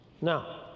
Now